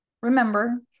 remember